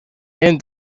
and